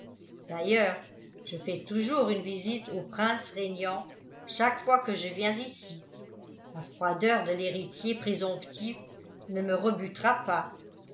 d'ailleurs je fais toujours une visite au prince régnant chaque fois que je viens ici la froideur de l'héritier présomptif ne me rebutera pas